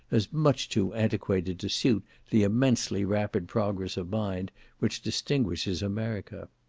as much too antiquated to suit the immensely rapid progress of mind which distinguishes america.